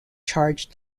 charge